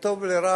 לטוב ולרע,